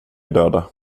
döda